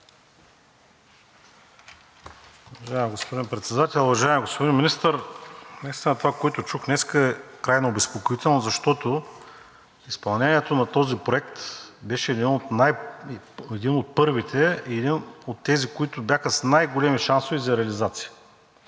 Уважаеми господин Председател, уважаеми господин Министър! Наистина това, което чух днес, е крайно обезпокоително, защото изпълнението на този проект беше един от първите и един от тези, които бяха с най-големи шансове за реализация.